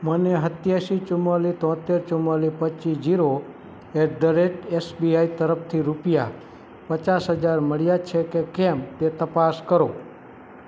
મને સત્યાસી ચુંમાલીસ તોતેર ચુંમાલીસ પચ્ચીસ zero at the rate S B I તરફથી રૂપિયા પચાસ હજાર મળ્યા છે કે કેમ તે તપાસ કરો